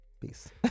Peace